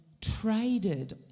traded